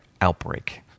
outbreak